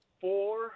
four